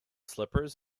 slippers